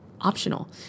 optional